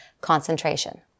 concentration